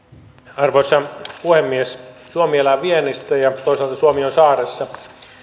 arvoisa puhemies suomi elää viennistä ja toisaalta suomi on saaressa